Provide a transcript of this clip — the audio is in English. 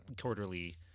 quarterly